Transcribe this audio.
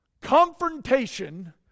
confrontation